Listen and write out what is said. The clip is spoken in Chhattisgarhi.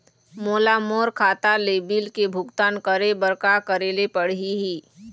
मोला मोर खाता ले बिल के भुगतान करे बर का करेले पड़ही ही?